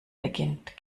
beginnt